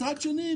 מצד שני,